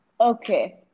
Okay